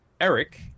Eric